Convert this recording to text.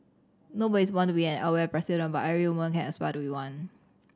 nobody is born to be an Aware president but every woman can aspire to be one